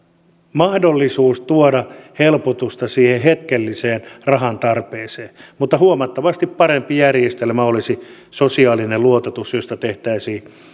mahdollisuus tuoda helpotusta siihen hetkelliseen rahantarpeeseen mutta huomattavasti parempi järjestelmä olisi sosiaalinen luototus josta tehtäisiin